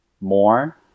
more